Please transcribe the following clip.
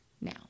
now